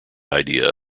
idea